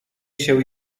się